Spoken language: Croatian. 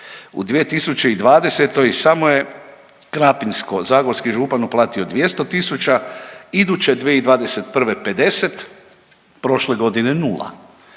U 2020.-oj samo je Krapinsko-zagorski župan uplatio 200 tisuća, iduće 2021. 50, prošle godine 0.